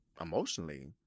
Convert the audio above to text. emotionally